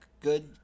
Good